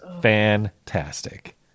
fantastic